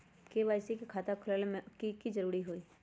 KYC के खाता खुलवा में की जरूरी होई?